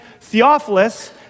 Theophilus